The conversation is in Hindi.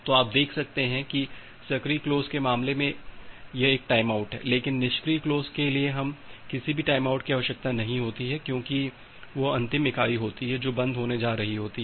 तो आप देख सकते हैं कि सक्रिय क्लोज के मामले में एक टाइमआउट है लेकिन निष्क्रिय क्लोज के लिए हमें किसी भी टाइमआउट की आवश्यकता नहीं होती है क्योंकि वह अंतिम इकाई होती है जो बंद होने जा रही होती है